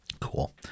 cool